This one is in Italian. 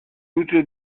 nutre